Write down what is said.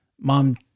mom